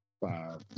Five